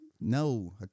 No